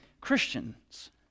Christians